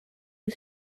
you